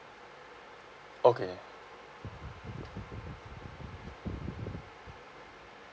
okay